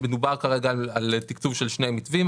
מדובר כרגע על תקצוב של שני מתווים.